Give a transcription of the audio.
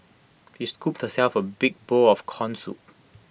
she scooped herself A big bowl of Corn Soup